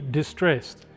distressed